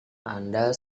anda